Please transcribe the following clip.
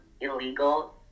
illegal